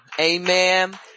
Amen